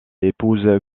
épouse